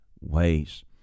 ways